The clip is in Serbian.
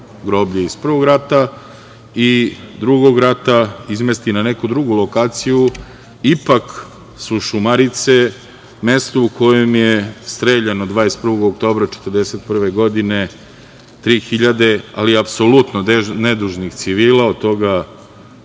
groblje iz Prvog rata i Drugog rata izmesti na neku drugu lokaciju. Ipak su Šumarice mesto u kojem je streljano 21. oktobra 1941. godine 3.000, ali apsolutno nedužnih civila, od toga